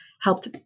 helped